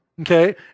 okay